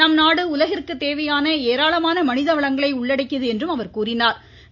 நம்நாடு உலகிற்கு தேவையான ஏராளமான மனித வளங்களை உள்ளடக்கியது என்றார் அவர்